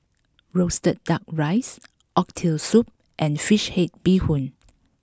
Roasted Duck Rice Oxtail Soup and Fish Head Bee Hoon